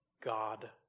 God